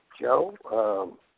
Joe